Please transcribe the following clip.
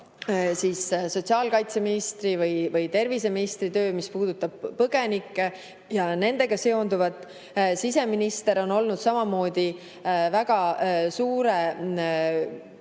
ka sotsiaalkaitseministri ja terviseministri töö, mis puudutab põgenikke ja nendega seonduvat. Siseminister on olnud samuti väga suure pinge